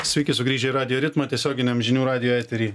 sveiki sugrįžę į radijo ritmą tiesioginiam žinių radijo etery